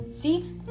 See